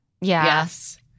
Yes